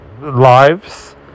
lives